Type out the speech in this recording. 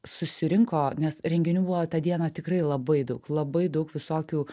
susirinko nes renginių buvo tą dieną tikrai labai daug labai daug visokių